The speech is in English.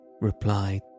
replied